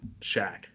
Shaq